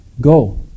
go